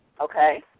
okay